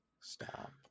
Stop